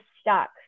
stuck